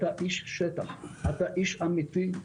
אתה איש שטח, איש אמיתי.